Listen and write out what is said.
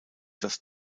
das